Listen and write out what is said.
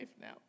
now